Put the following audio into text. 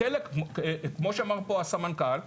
כמו שאמר פה הסמנכ"ל,